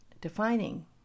defining